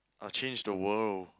I'll change the world